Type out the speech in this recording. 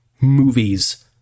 movies